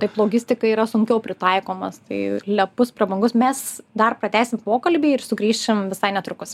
taip logistikai yra sunkiau pritaikomas tai lepus prabangus mes dar pratęsim pokalbį ir sugrįšim visai netrukus